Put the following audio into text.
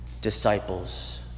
disciples